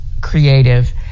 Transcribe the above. creative